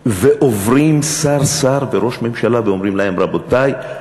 ועוברים שר-שר וראש ממשלה ואומרים להם: רבותי,